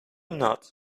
not